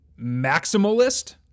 maximalist